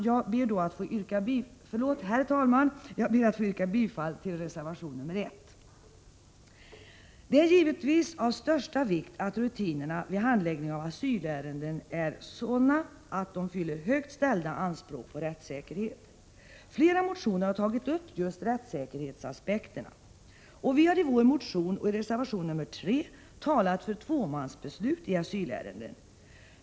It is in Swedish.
Jag ber att få yrka bifall till reservation 1. Det är givetvis av största vikt att rutinerna vid handläggningen av asylärenden är sådana att de fyller högt ställda anspråk på rättssäkerhet. I flera motioner har man tagit upp just rättssäkerhetsaspekterna. Vi har i vår motion och i reservation 3 talat för tvåmansbeslut i asylärenden.